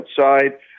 outside